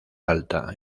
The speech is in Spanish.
alta